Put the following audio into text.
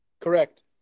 Correct